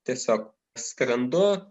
tiesiog skrendu